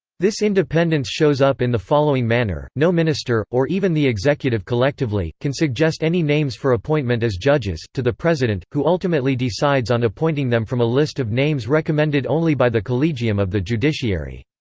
this independence shows up in the following manner no minister, or even the executive collectively, can suggest any names for appointment as judges, to the president, who ultimately decides on appointing them from a list of names recommended only by the collegium of the judiciary.